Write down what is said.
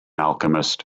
alchemist